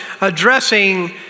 addressing